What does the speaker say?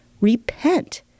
Repent